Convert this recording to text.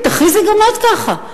תכריזי גם את ככה,